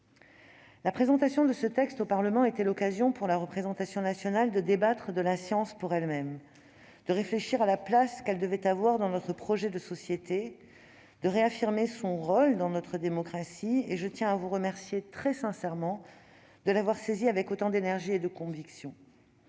La présentation de ce texte au Parlement était l'occasion, pour la représentation nationale, de débattre de la science pour elle-même, de réfléchir à la place qu'elle doit avoir dans notre projet de société, de réaffirmer son rôle dans notre démocratie. Je tiens à vous remercier, très sincèrement, d'avoir saisi cette occasion avec autant d'énergie et de conviction.